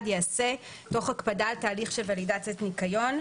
ייעשה תוך הקפדה על תהליך של ולידציית ניקיון.